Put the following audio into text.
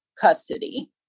custody